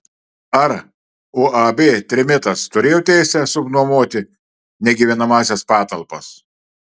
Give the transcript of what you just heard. ar uab trimitas turėjo teisę subnuomoti negyvenamąsias patalpas